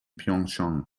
pyeongchang